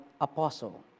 Apostle